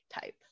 type